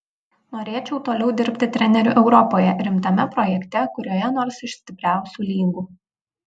norėčiau toliau dirbti treneriu europoje rimtame projekte kurioje nors iš stipriausių lygų